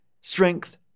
Strength